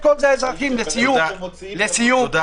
לסיום,